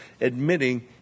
admitting